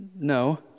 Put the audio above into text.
No